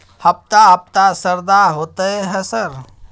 हफ्ता हफ्ता शरदा होतय है सर?